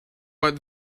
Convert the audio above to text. but